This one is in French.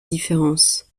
différences